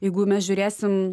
jeigu mes žiūrėsim